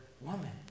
woman